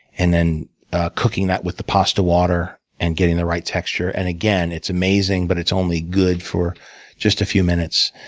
and then cooking that with the pasta water, and getting the right texture. and again, it's amazing, but it's only good for just a few minutes.